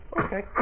Okay